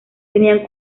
tenían